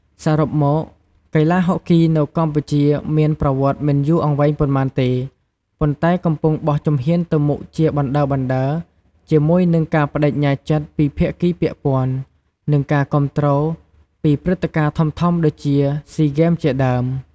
សរុបមក កីឡាហុកគីនៅកម្ពុជាមានប្រវត្តិមិនយូរអង្វែងប៉ុន្មានទេ ប៉ុន្តែកំពុងបោះជំហានទៅមុខជាបណ្ដើរៗ ជាមួយនឹងការប្ដេជ្ញាចិត្តពីភាគីពាក់ព័ន្ធ និងការគាំទ្រពីព្រឹត្តិការណ៍ធំៗដូចជាស៊ីហ្គេមជាដើម។